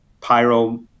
pyro